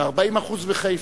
ב-25% בחיפה.